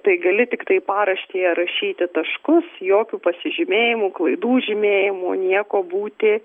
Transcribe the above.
tai gali tiktai paraštėje rašyti taškus jokių pasižymėjimų klaidų žymėjimų nieko būti